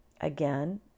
again